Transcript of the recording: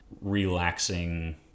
relaxing